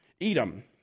Edom